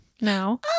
now